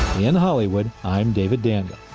in hollywood, i'm david daniel.